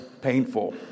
painful